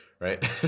Right